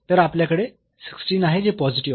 तर आपल्याकडे आहे जे पॉझिटिव्ह आहे